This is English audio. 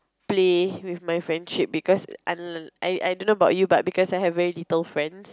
play with my friendship because I I I don't know about you but because I have very little friends